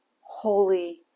holy